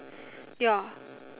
ya